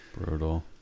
brutal